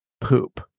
poop